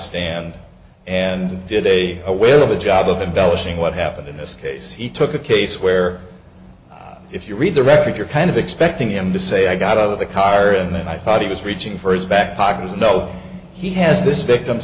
stand and did a a whale of a job of embellish ing what happened in this case he took a case where if you read the record you're kind of expecting him to say i got out of the car and i thought he was reaching for his back pocket is no he has this victim